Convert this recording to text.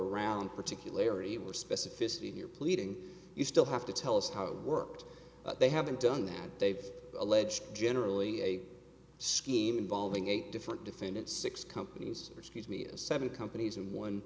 around particulary we're specificity here pleading you still have to tell us how it worked they haven't done that they've alleged generally a scheme involving eight different defendants six companies which gives me a seven companies and one